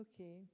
Okay